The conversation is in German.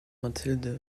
mathilde